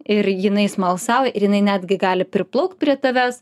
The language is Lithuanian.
ir jinai smalsauja ir jinai netgi gali priplaukt prie tavęs